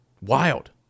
Wild